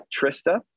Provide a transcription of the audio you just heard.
Trista